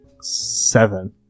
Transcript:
Seven